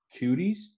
cuties